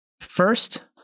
First